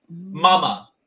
Mama